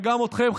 וגם אתכם,